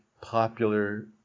popular